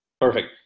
Perfect